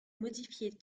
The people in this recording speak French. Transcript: modifier